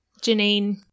Janine